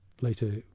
later